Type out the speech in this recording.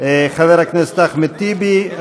חבר הכנסת אחמד טיבי,